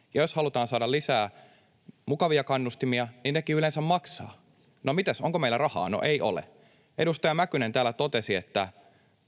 — jos halutaan saada lisää mukavia kannustimia, nekin yleensä maksavat — niin mites, onko meillä rahaa. No, ei ole. Edustaja Mäkynen täällä totesi, että